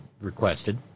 requested